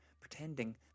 pretending